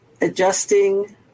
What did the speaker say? adjusting